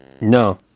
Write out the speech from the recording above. No